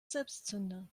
selbstzünder